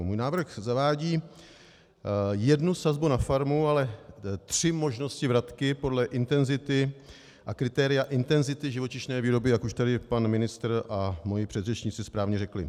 Můj návrh zavádí jednu sazbu na farmu, ale tři možnosti vratky podle intenzity a kritéria intenzity živočišné výroby, jak už tady pan ministr a moji předřečníci správně řekli.